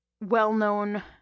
well-known